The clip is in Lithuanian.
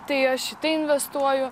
tai aš į tai investuoju